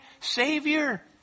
Savior